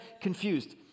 confused